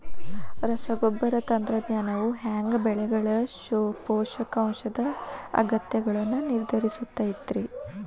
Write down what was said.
ರಸಗೊಬ್ಬರ ತಂತ್ರಜ್ಞಾನವು ಹ್ಯಾಂಗ ಬೆಳೆಗಳ ಪೋಷಕಾಂಶದ ಅಗತ್ಯಗಳನ್ನ ನಿರ್ಧರಿಸುತೈತ್ರಿ?